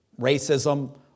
racism